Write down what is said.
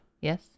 Yes